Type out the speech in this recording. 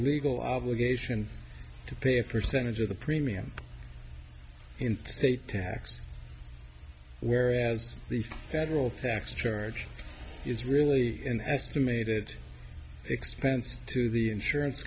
legal obligation to pay a percentage of the premium in state tax whereas the federal tax charge is really an estimated expense to the insurance